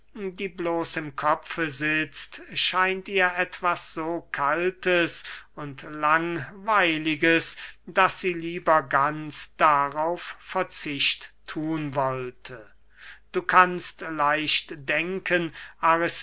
die bloß im kopfe sitzt scheint ihr etwas so kaltes und langweiliges daß sie lieber ganz darauf verzicht thun wollte du kannst leicht denken